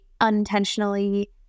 unintentionally